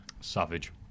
Savage